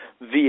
via